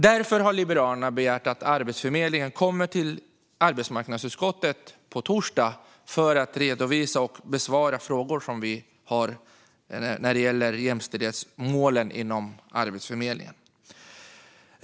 Därför har Liberalerna begärt att Arbetsförmedlingen kommer till arbetsmarknadsutskottet på torsdag för att redovisa och besvara frågor som vi har när det gäller jämställdhetsmålen inom Arbetsförmedlingen.